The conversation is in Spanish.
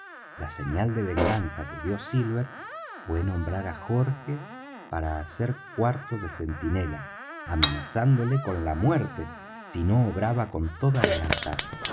la señal de venganza que dió silver fué nombrar á jorge para hacer cuarto de centinela amenazándole con la muerte si no obraba con toda lealtad